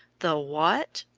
the what?